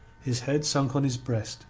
his head sunk on his breast